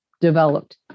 developed